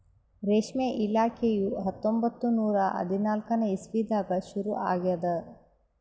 ರೇಷ್ಮೆ ಇಲಾಖೆಯು ಹತ್ತೊಂಬತ್ತು ನೂರಾ ಹದಿನಾಲ್ಕನೇ ಇಸ್ವಿದಾಗ ಶುರು ಆಗ್ಯದ್